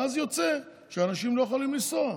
ואז יוצא שאנשים לא יכולים לנסוע.